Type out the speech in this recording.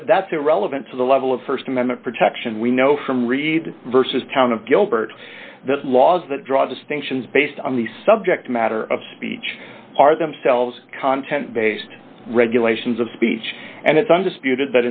but that's irrelevant to the level of st amendment protection we know from read versus town of gilbert laws that draw distinctions based on the subject matter of speech are themselves content based regulations of speech and it's undisputed